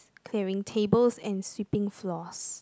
clearing tables and sweeping floors